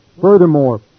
Furthermore